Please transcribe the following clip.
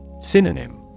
Synonym